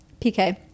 PK